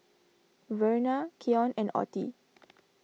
Verna Keon and Ottie